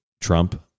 Trump